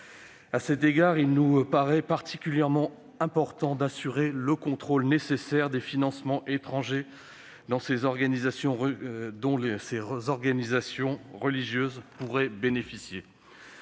À cet égard, il nous paraît particulièrement important d'assurer le contrôle nécessaire des financements étrangers dont ces organisations religieuses pourraient bénéficier.